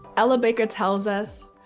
ella baker tells us,